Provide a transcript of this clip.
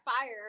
fire